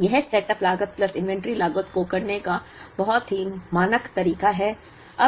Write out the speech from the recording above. यह सेटअप लागत plus inventory लागत को करने का बहुत ही मानक तरीका है